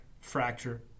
fracture